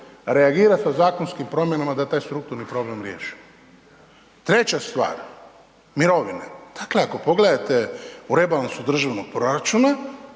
reagirati sa zakonskim promjenama da taj strukturni problem riješimo. Treća stvar, mirovine, dakle ako pogledate u rebalansu državnog proračuna,